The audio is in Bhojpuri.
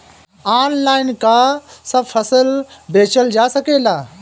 आनलाइन का सब फसल बेचल जा सकेला?